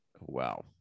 Wow